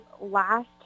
last